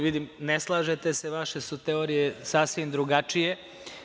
Vidim da se ne slažete, vaše su teorije sasvim drugačije.